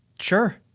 Sure